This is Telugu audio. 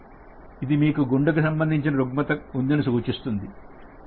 ఇది మీకు గుండెకు సంబంధించిన రుగ్మత ఉందని సూచిస్తుంది